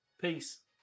peace